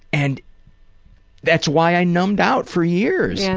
and that's why i numbed out for years. yeah